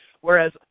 Whereas